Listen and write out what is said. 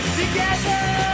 together